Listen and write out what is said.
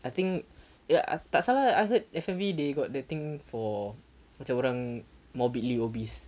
I think ya tak salah I heard F_M_V they got the thing for macam orang morbidly obese